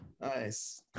Nice